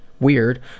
Weird